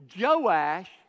Joash